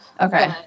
okay